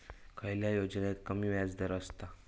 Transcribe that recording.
खयल्या योजनेत कमी व्याजदर असता?